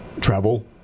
Travel